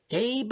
Hey